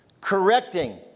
correcting